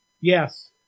Yes